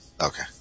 Okay